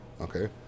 okay